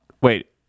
Wait